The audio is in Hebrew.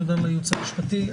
תודה לייעוץ המשפטי.